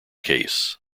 case